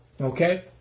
Okay